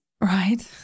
right